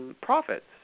profits